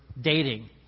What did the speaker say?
dating